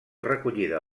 recollida